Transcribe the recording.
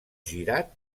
girat